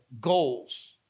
goals